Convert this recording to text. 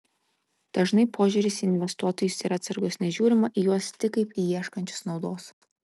dažnai požiūris į investuotojus yra atsargus nes žiūrima į juos tik kaip į ieškančius naudos